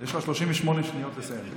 יש לך 38 שניות לסיים.